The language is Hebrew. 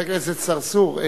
חבר הכנסת צרצור,